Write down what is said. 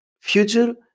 future